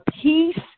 peace